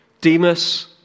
Demas